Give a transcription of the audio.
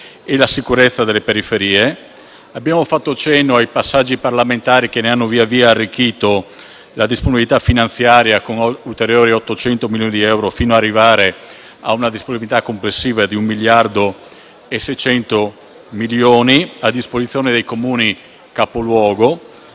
e la sicurezza delle periferie; abbiamo fatto cenno ai passaggi parlamentari che ne hanno via via arricchito la disponibilità finanziaria con ulteriori 800 milioni di euro, fino ad arrivare ad una disponibilità complessiva di 1.600 milioni di euro a disposizione dei Comuni capoluogo.